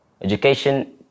Education